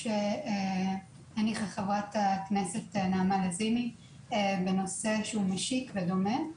שהניחה חברת הכנסת נעמה לזימי בנושא משיק ודומה.